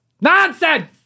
Nonsense